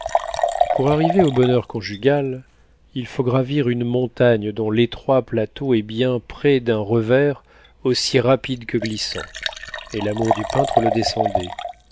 pour arriver au bonheur conjugal il faut gravir une montagne dont l'étroit plateau est bien près d'un revers aussi rapide que glissant et l'amour du peintre le descendait